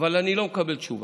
אבל אני לא מקבל תשובה.